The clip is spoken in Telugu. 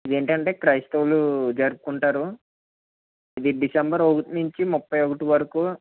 ఇవి ఏంటంటే క్రైస్తవులు జరుపుకుంటారు ఇవి డిసెంబర్ ఒకటి నుంచి ముప్పై ఒకటి వరకు